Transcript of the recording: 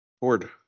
Board